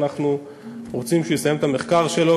אנחנו רוצים שהוא יסיים את המחקר שלו,